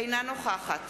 אינה נוכחת